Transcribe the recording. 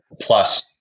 plus